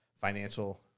financial